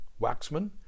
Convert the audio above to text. Waxman